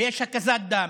ויש הקזת דם,